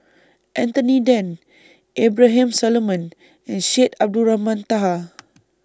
Anthony Then Abraham Solomon and Syed Abdulrahman Taha